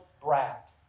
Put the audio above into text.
brat